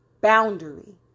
boundary